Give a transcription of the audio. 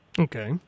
Okay